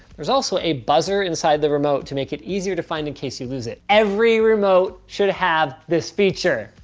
there's also a buzzer inside the remote to make it easier to find in case you lose it. every remote should have this feature.